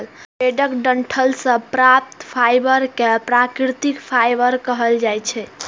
पेड़क डंठल सं प्राप्त फाइबर कें प्राकृतिक फाइबर कहल जाइ छै